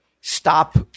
stop